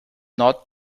not